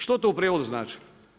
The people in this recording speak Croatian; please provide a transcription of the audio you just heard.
Što to u prijevodu znači?